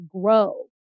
grow